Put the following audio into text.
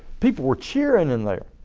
people were cheering in there.